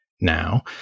now